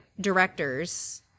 directors